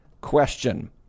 question